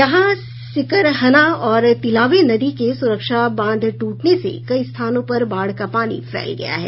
यहां सिकरहना और तिलावे नदी के सुरक्षा बांध टूटने से कई स्थानों पर बाढ़ का पानी फैल गया है